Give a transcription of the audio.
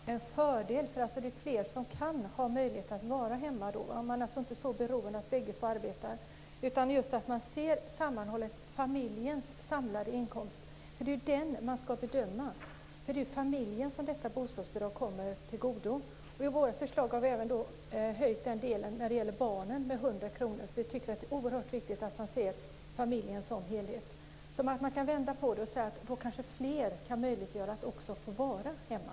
Herr talman! Man kan också säga att det kan vara en fördel, för då kan fler få möjlighet att vara hemma. Man är alltså inte så beroende av att bägge arbetar. Om man ser till familjens samlade inkomst kommer bostadsbidraget hela familjen till godo. Vi föreslår även höjning av barnens del med 100 kr. Vi tycker att det är oerhört viktigt att man ser familjen som en helhet. Man kan vända på det och säga att fler får möjlighet att vara hemma.